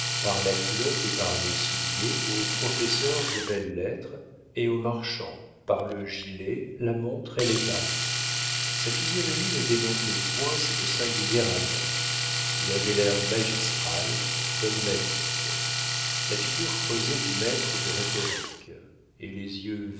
par la culotte et par les souliers au professeur de belles-lettres et au marchand par le gilet la montre et les bas sa physionomie ne démentait point cette singulière alliance il avait l'air magistral dogmatique la figure creusée du maître de rhétorique et les yeux